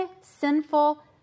sinful